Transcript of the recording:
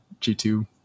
g2